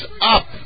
up